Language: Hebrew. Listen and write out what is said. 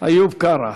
איוב קרא.